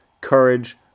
courage